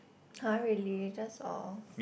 !huh! really just all